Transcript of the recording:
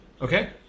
Okay